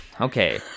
Okay